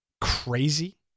crazy